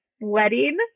wedding